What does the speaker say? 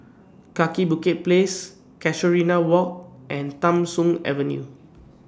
Kaki Bukit Place Casuarina Walk and Tham Soong Avenue